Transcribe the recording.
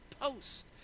post